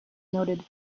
noted